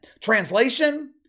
Translation